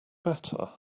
better